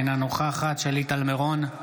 אינה נוכחת שלי טל מירון,